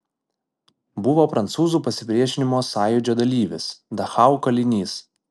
buvo prancūzų pasipriešinimo sąjūdžio dalyvis dachau kalinys